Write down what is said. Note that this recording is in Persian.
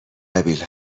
قبیل